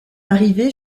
arrivée